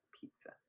pizza